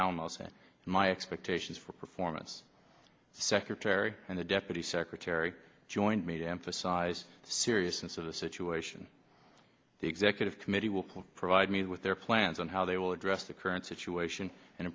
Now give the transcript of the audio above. alamos set my expectations for performance secretary and the deputy secretary joined me to emphasize seriousness of the situation the executive committee will provide me with their plans on how they will address the current situation and